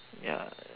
ya